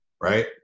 Right